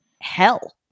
hell